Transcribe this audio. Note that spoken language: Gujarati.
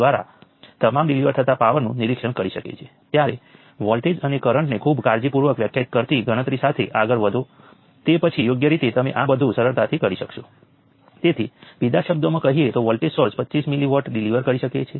મૂળભૂત રીતે પહેલું ઈકવેશન પ્રથમ 3 ઈકવેશન્સ ઉપર આધારિત છે આપણી પાસે માત્ર 3 ઈન્ડિપેન્ડેન્ટ ઈકવેશન્સ છે